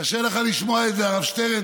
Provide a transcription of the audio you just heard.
קשה לך לשמוע את זה, הרב שטרן.